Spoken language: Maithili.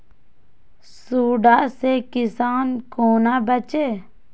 सुंडा से किसान कोना बचे?